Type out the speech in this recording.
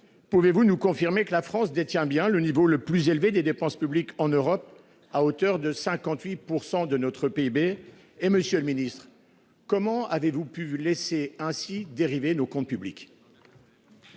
Pouvez-vous nous confirmer que la France détient bien le niveau le plus élevé des dépenses publiques en Europe à hauteur de 58% de notre PIB. Et Monsieur le Ministre, comment avez-vous pu laisser ainsi dérivé nos comptes publics.